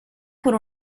con